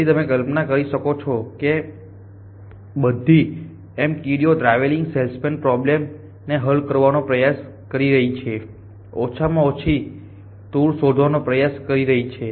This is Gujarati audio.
તેથી તમે કલ્પના કરી શકો છો કે આ બધી એમ કીડીઓ ટ્રાવેલિંગ સેલ્સમેન પ્રોબ્લેમ ને હલ કરવાનો પ્રયાસ કરી રહી છે ઓછામાં ઓછી ટૂર શોધવાનો પ્રયાસ કરી રહી છે